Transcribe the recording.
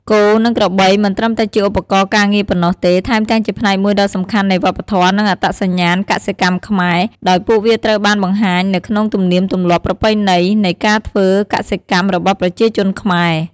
គោ និងក្របីមិនត្រឹមតែជាឧបករណ៍ការងារប៉ុណ្ណោះទេ ថែមទាំងជាផ្នែកមួយដ៏សំខាន់នៃវប្បធម៌ និងអត្តសញ្ញាណកសិកម្មខ្មែរ ដោយពួកវាត្រូវបានបង្ហាញនៅក្នុងទំនៀមទម្លាប់ ប្រពៃណី នៃការធ្វើកសិកម្មរបស់ប្រជាជនខ្មែរ។